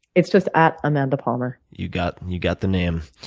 it's just at amandapalmer. you got you got the name.